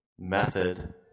method